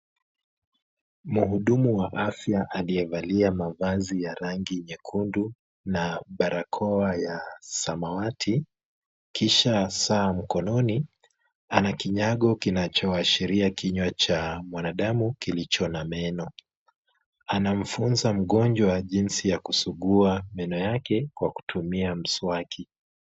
Mhudumu wa afya aliyevalia mavazi ya rangi nyekundu na barakoa ya samawati, kisha saa mkononi, ana kinyago kinachoashiria kinywa cha mwanadamu kilicho na meno. Anamfunza mgonjwa jinsi ya kusugua meno yake kwa kutumia mswaki.